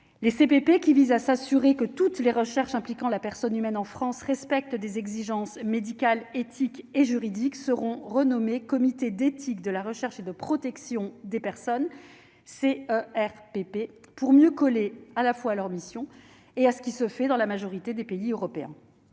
les CPP qui vise à s'assurer que toutes les recherches impliquant la personne humaine en France respectent des exigences médicales éthiques et juridiques seront renommés, comité d'éthique de la recherche et de protection des personnes, c'est RPP pour mieux coller à la fois leur mission et à ce qui se fait dans la majorité des pays européens